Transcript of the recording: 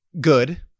good